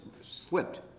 slipped